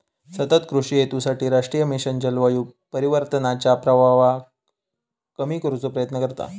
सतत कृषि हेतूसाठी राष्ट्रीय मिशन जलवायू परिवर्तनाच्या प्रभावाक कमी करुचो प्रयत्न करता